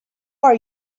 are